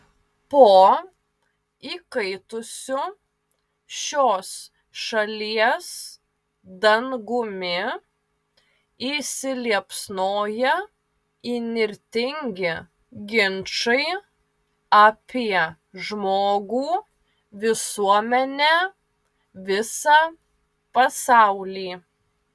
po įkaitusiu šios šalies dangumi įsiliepsnoja įnirtingi ginčai apie žmogų visuomenę visą pasaulį